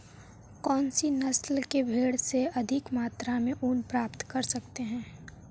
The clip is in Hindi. कौनसी नस्ल की भेड़ से अधिक मात्रा में ऊन प्राप्त कर सकते हैं?